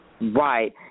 Right